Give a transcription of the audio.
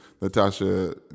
Natasha